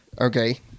okay